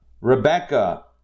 Rebecca